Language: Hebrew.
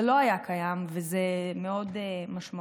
זה לא היה קיים, וזה מאוד משמעותי.